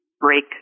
break